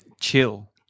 Chill